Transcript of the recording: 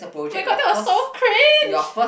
oh-my-god that was so cringe